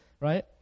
right